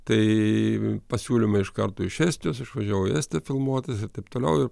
tai pasiūlymą iš karto iš estijos išvažiavau į estiją filmuotas ir taip toliau ir